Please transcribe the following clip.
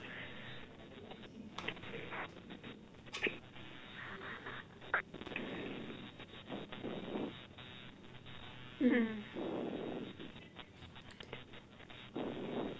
mm